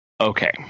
Okay